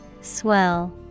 Swell